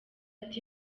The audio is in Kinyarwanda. ati